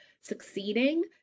succeeding